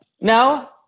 No